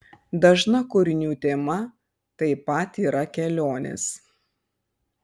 dažna kūrinių tema taip pat yra kelionės